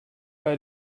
bei